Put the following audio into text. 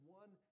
one